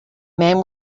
man